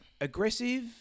aggressive